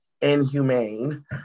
inhumane